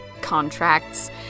contracts